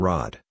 Rod